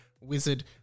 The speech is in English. Wizard